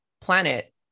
planet